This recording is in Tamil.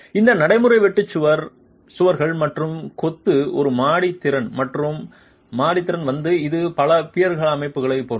இந்த நடைமுறை வெட்டு சுவர்கள் மற்றும் கொத்து ஒரு மாடி திறன் வந்து இது பல பியர்ஸ் அமைப்புகளை பொறுத்தது